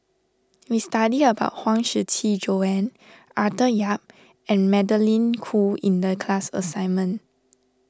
we studied about Huang Shiqi Joan Arthur Yap and Magdalene Khoo in the class assignment